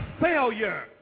failure